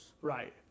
Right